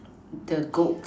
the goat